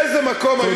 תודה.